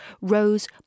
rose